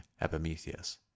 Epimetheus